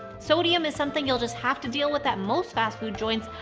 sodium is something you'll just have to deal with at most fast food joints,